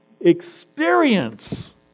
experience